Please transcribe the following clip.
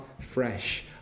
fresh